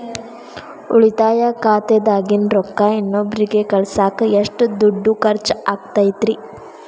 ಉಳಿತಾಯ ಖಾತೆದಾಗಿನ ರೊಕ್ಕ ಇನ್ನೊಬ್ಬರಿಗ ಕಳಸಾಕ್ ಎಷ್ಟ ದುಡ್ಡು ಖರ್ಚ ಆಗ್ತೈತ್ರಿ?